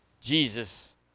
Jesus